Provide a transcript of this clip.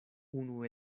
unu